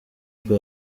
bwo